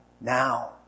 now